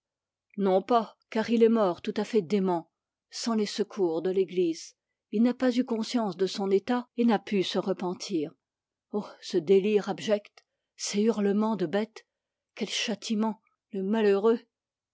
non pas car il est mort tout à fait dément sans le secours de l'église il n'a pas eu conscience de son état en n'a pas pus se repentir oh ce délire abject ces hurlements de bête quel châtiment le malheureux